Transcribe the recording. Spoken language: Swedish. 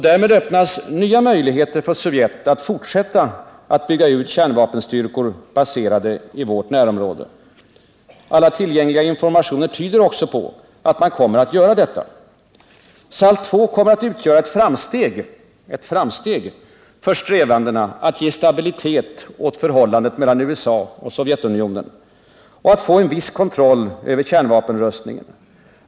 Därmed öppnas nya möjligheter för Sovjet att fortsätta att bygga ut kärnvapenstyrkor baserade i vårt närområde. Alla tillgängliga informationer tyder också på att man kommer att göra detta. SALT II kommeratt utgöra ett framsteg för strävandena att ge stabilitet åt förhållandet mellan USA och Sovjetunionen och att få en viss kontroll över kärnvapenrustningen.